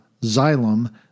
Xylem